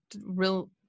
real